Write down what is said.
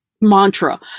mantra